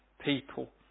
people